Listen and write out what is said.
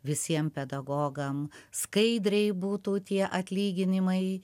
visiem pedagogam skaidriai būtų tie atlyginimai